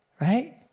Right